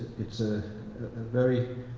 it's a very